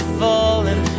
falling